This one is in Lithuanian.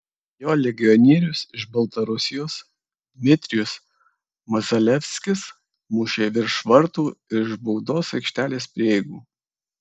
jo legionierius iš baltarusijos dmitrijus mazalevskis mušė virš vartų iš baudos aikštelės prieigų